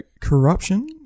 Corruption